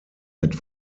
mit